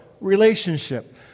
relationship